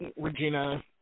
Regina